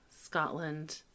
Scotland